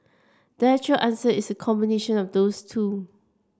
the actual answer is combination of those two